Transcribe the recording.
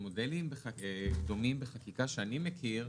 במודלים דומים בחקיקה שאני מכיר,